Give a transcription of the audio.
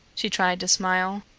she tried to smile.